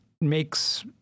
makes